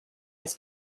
his